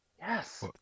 Yes